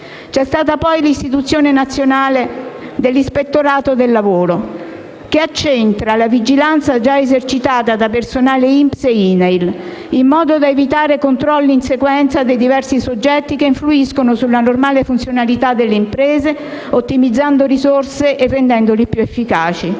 C'è stata poi l'istituzione dell'Ispettorato nazionale del lavoro che accentra la vigilanza già esercitata dal personale INPS e INAIL, in modo da evitare controlli in sequenza dei diversi soggetti che influiscono sulla normale funzionalità delle imprese, ottimizzando risorse e rendendoli più efficaci.